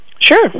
Sure